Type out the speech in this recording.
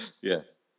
Yes